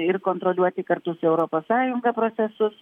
ir kontroliuoti kartu su europos sąjunga procesus